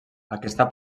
aquesta